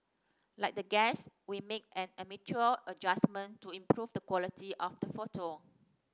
like the guests we made an amateur adjustment to improve the quality of the photo